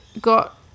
got